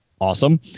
Awesome